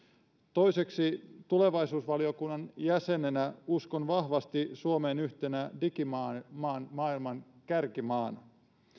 toiseksi tulevaisuusvaliokunnan jäsenenä uskon vahvasti suomeen yhtenä digimaailman kärkimaana